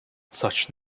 such